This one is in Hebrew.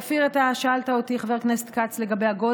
אופיר, אתה שאלת אותי, חבר הכנסת כץ,